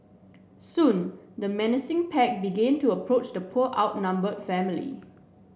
soon the menacing pack began to approach the poor outnumber family